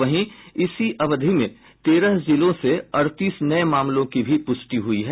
वहीं इसी अवधि में तेरह जिलों से अड़तीस नये मामलों की भी पुष्टि हुई है